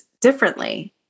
differently